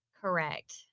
Correct